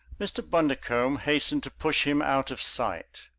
mr. bundercombe hastened to push him out of sight.